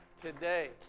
Today